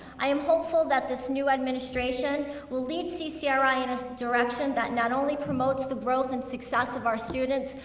i am hopeful that this new administration will lead ccri in a direction that not only promotes the growth and success of our students,